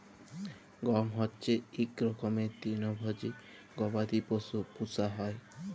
goat হচ্যে ইক রকমের তৃলভজী গবাদি পশু পূষা হ্যয়